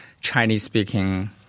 Chinese-speaking